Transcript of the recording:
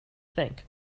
think